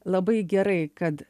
labai gerai kad